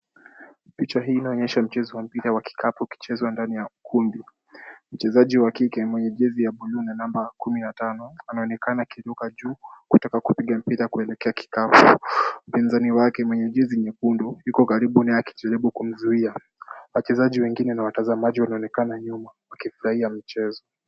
Picha hii inaonyesha mchezo wa mpira wa kikapu ukichezwa ndani ya ukumbi. Mchezaji wa kike mwenye jezi ya bluu na namba kumi na tano anaonekana akiruka juu kutaka kupiga mpira kuelekea kikapu. Mpinzani wake mwenye jezi nyekundu yuko karibu naye akijaribu kumzuia. Wachezaji wengine na watazamaji wanaonekana nyuma wakifurahia mchezo.